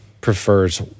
prefers